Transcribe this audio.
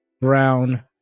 Brown